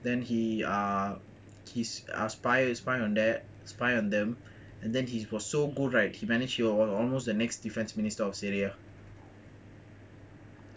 then he ah he's spy spy on that spy on them and then he was so good right he manage he will almost the next defence minister of syria